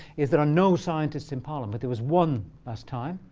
is there are no scientists in parliament. there was one last time.